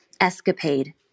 escapade